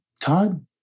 Todd